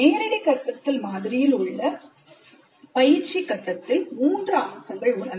நேரடி கற்பித்தல் மாதிரியில் உள்ள பயிற்சி கட்டத்தில் 3 அம்சங்கள் உள்ளன